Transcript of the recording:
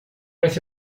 vez